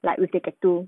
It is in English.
like with the tattoo